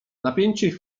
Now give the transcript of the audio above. napięcie